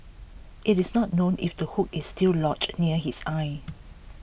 IT is not known if the hook is still lodged near his eye